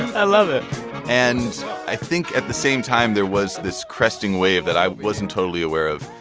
i love it and i think at the same time, there was this cresting wave that i wasn't totally aware of.